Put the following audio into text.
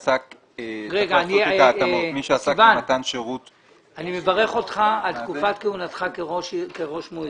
סיון, אני מברך אותך על תקופת כהונתך כראש מועצה.